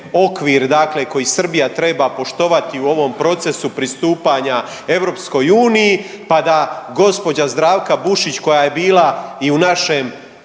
dakle koji Srbija treba poštovati u ovom procesu pristupanja Europskoj uniji, pa da gospođa Zdravka Bušić koja je bila i u našem